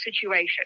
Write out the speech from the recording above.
situation